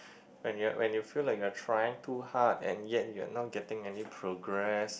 when you when you feel like you're trying too hard and yet you're not getting any progress